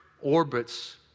orbits